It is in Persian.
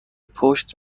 پشت